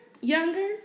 younger